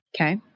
Okay